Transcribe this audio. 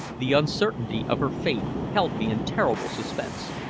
the uncertainty of her fate held me in terrible suspense.